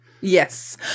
Yes